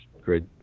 great